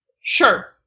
Sure